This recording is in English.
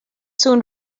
soon